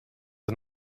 and